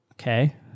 okay